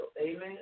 Amen